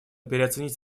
переоценить